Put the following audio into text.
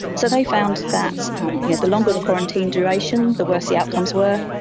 so they found that um yeah the longer the quarantine duration, the worse the outcomes were.